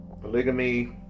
polygamy